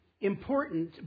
important